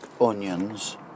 onions